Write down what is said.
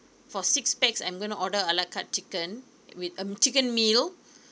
for six pax I'm going to order ala carte chicken with um chicken meal